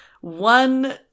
one